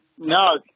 No